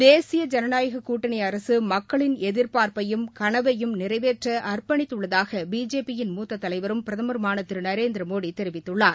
தேசிய ஜனநாயகக் கூட்டணி அரசு மக்களின் எதிர்பார்ப்பையும் கனவையும் நிறைவேற்ற அர்ப்பணித்துள்ளதாக பிஜேபி யின் மூத்த தலைவரும் பிரதமருமான திரு நரேந்திரமோடி தெரிவித்துள்ளார்